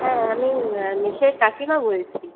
হ্যাঁ আমি মেসের কাকিমা বলছি